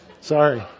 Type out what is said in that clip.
Sorry